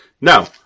Now